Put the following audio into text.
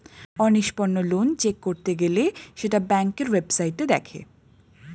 অনিষ্পন্ন loan check করতে গেলে সেটা ব্যাংকের ওয়েবসাইটে দেখে